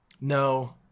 No